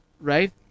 right